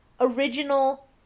original